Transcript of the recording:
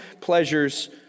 pleasures